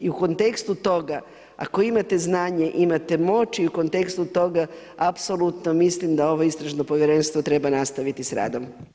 I u kontekstu toga ako imate znanje imate moć i u kontekstu toga apsolutno mislim da ovo istražno povjerenstvo treba nastaviti s radom.